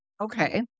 Okay